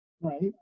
right